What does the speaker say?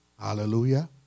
Hallelujah